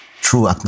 true